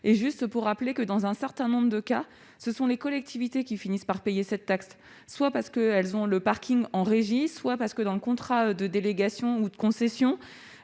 et juste pour rappeler que dans un certain nombre de cas, ce sont les collectivités qui finissent par payer cette taxe, soit parce qu'elles ont le Parking en régie, soit parce que dans le contrat de délégation ou de concession,